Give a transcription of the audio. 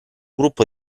gruppo